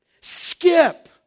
skip